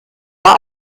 war